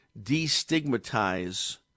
destigmatize